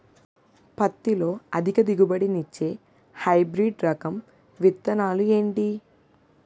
పత్తి లో అధిక దిగుబడి నిచ్చే హైబ్రిడ్ రకం విత్తనాలు ఏంటి